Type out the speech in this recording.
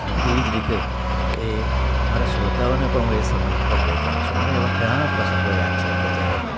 અને તેવી જ રીતે એ મારા શ્રોતાઓને પણ હું એ સમય પર લઈ જાવ છું મને એવા ઘણા પ્રસંગો યાદ છે કે જ્યારે